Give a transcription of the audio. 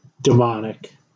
Demonic